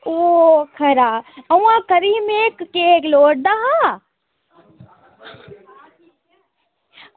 ओह् खरा अं'ऊ आक्खा दी में इक्क केक लोड़दा हा